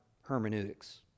hermeneutics